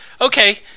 Okay